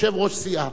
יושב-ראש סיעה,